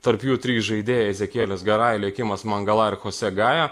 tarp jų trys žaidėjai ezekielis garai eliakimas mangala ir chosė gaja